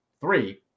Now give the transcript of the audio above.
three